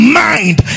mind